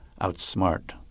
outsmart